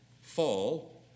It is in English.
fall